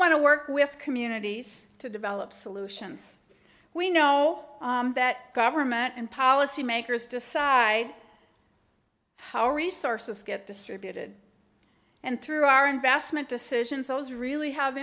want to work with communities to develop solutions we know that government and policymakers decide how resources get distributed and through our investment decisions those really have